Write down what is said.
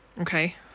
Okay